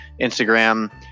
Instagram